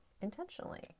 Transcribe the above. intentionally